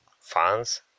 fans